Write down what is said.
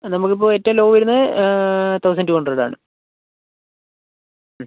ആ നമ്മളിപ്പോൾ ഏറ്റവും ലോ വരുന്നേ തൗസന്റ്റ് ടു ഹണ്ട്രഡ് ആണ് മ്